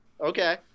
Okay